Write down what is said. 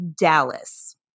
Dallas